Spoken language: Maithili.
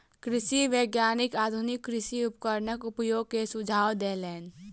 कृषि वैज्ञानिक आधुनिक कृषि उपकरणक उपयोग के सुझाव देलैन